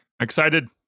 Excited